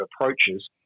approaches